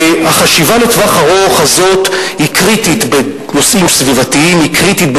והחשיבה לטווח ארוך הזאת היא קריטית בנושאים סביבתיים,